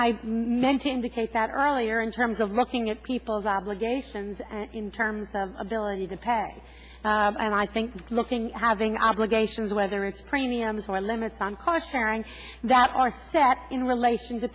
i meant to indicate that earlier in terms of looking at people's obligations in terms of ability to pay and i think looking at having obligations whether it's premiums or limits on cost sharing that are set in relation to